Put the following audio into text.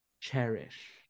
Cherish